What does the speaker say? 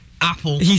Apple